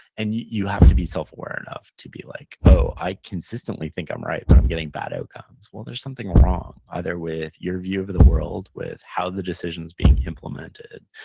and you you have to be self-aware enough to be like, oh, i consistently think i'm right, but i'm getting bad outcomes. well, there's something wrong either with your view of of the world, with how the decision's being implemented.